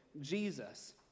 Jesus